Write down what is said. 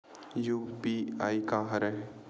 UPI का हरय?